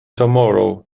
tomorrow